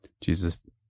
jesus